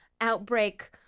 outbreak